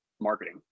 marketing